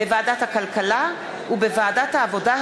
בוועדת הכלכלה ובוועדת העבודה,